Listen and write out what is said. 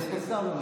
הוא התורן.